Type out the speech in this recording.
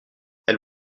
elle